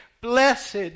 blessed